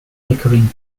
flickering